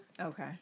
Okay